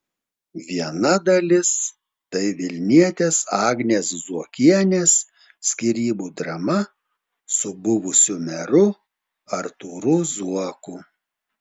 viena dalis tai vilnietės agnės zuokienės skyrybų drama su buvusiu meru artūru zuoku